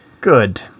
Good